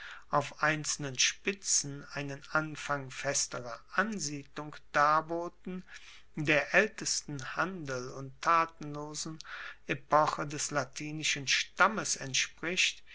auf einzelnen spitzen einen anfang festerer ansiedlung darboten der aeltesten handel und tatenlosen epoche des latinischen stammes entspricht